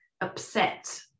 upset